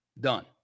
Done